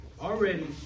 already